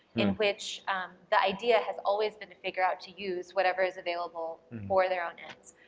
in which the idea has always been to figure out to use whatever is available for their own ends.